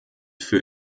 für